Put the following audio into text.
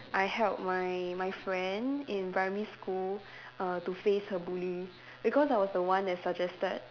I help my my friend in primary school err to face her bully because I was the one that suggested